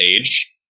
age